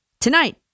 tonight